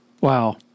wow